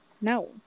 No